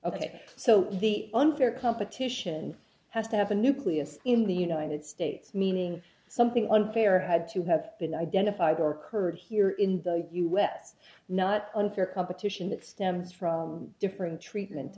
ok so the unfair competition has to have a nucleus in the united states meaning something unfair had to have been identified or kurd here in the u s not unfair competition that stems from different treatment